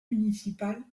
municipal